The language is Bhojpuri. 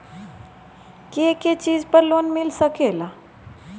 के के चीज पर लोन मिल सकेला?